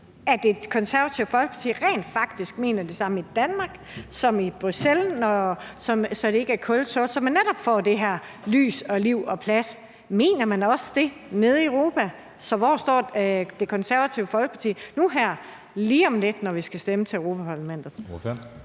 at Det Konservative Folkeparti rent faktisk mener det samme i Danmark som i Bruxelles, så det ikke er kulsort, og så man netop får det her lys og liv og den plads? Mener man også det nede i Europa? Så hvor står Det Konservative Folkeparti nu her lige om lidt, når vi skal stemme til Europa-Parlamentet?